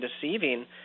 deceiving